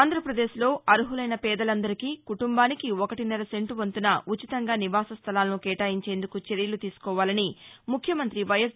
ఆంధ్రప్రదేశ్లో అర్మలైన పేదలందరికీ కుటుంబానికి ఒకటిన్నర సెంటు వంతున ఉచితంగా నివాస స్థలాలను కేటాయించేందుకు చర్యలు తీసుకోవాలని ముఖ్యమంత్రి వైఎస్